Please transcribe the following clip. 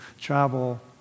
travel